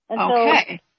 Okay